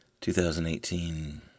2018